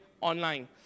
online